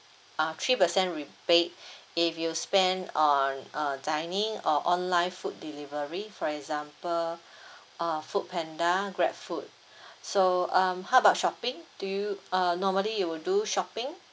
uh three percent rebate if you spend on uh dining or online food delivery for example uh food panda grabfood so um how about shopping do you uh normally you will do shopping